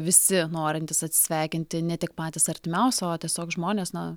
visi norintys atsisveikinti ne tik patys artimiausi o tiesiog žmonės na